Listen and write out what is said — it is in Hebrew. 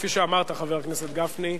כפי שאמרת, חבר הכנסת גפני,